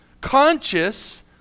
conscious